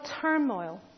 turmoil